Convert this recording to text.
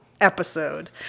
Episode